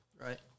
right